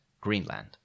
Greenland